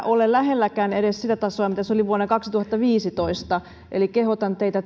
ole lähelläkään edes sitä tasoa mitä se oli vuonna kaksituhattaviisitoista eli kehotan teitä